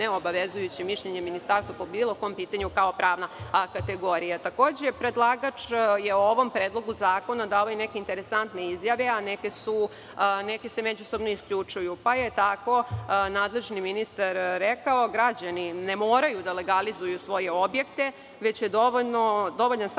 neobavezujuće mišljenje Ministarstva po bilo kom pitanju kao pravna kategorija. Takođe, predlagač je u ovom predlogu zakona dao i neke interesantne izjave, a neke se međusobno isključuju. Tako je nadležni ministar rekao – građani ne moraju da legalizuju svoje objekte, već je dovoljan samo